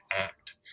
act